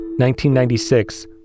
1996